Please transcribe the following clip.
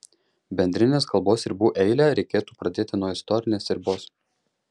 bendrinės kalbos ribų eilę reikėtų pradėti nuo istorinės ribos